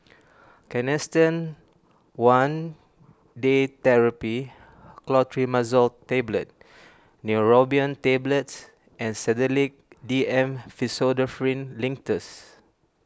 Canesten one Day therapy Clotrimazole Tablet Neurobion Tablets and Sedilix D M Pseudoephrine Linctus